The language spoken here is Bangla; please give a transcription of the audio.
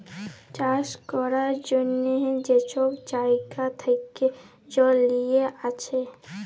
চাষ ক্যরার জ্যনহে যে ছব জাইগা থ্যাকে জল লিঁয়ে আসে